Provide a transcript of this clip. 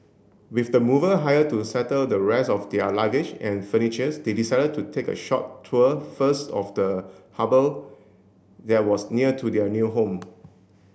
with the mover hired to settle the rest of their luggage and furnitures they decided to take a short tour first of the harbour there was near to their new home